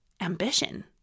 ambition